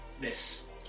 Miss